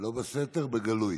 לא בסתר, בגלוי.